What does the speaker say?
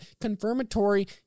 confirmatory